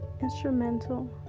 instrumental